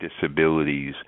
disabilities